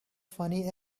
funny